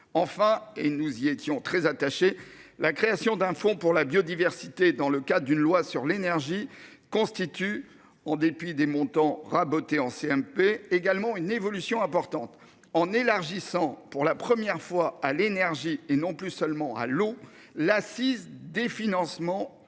enfin et nous y étions très attaché, la création d'un fonds pour la biodiversité. Dans le cas d'une loi sur l'énergie constitue en dépit des montants raboter en CMP également une évolution importante en élargissant pour la première fois à l'énergie et non plus seulement à l'eau l'assise des financements pour